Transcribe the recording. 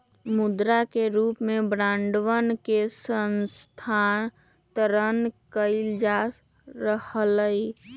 मुद्रा के रूप में बांडवन के स्थानांतरण कइल जा हलय